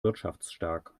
wirtschaftsstark